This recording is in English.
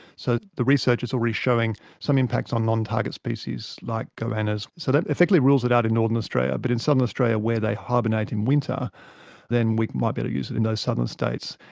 so the research is already showing some impacts on non-target species like goannas, so that effectively rules it out in northern australia but in southern australia where they hibernate in winter then we might be able to use it in those southern states.